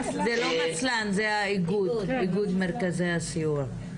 זה איגוד מרכזי הסיוע,